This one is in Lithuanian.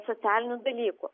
socialinių dalykų